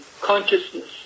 consciousness